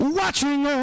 watching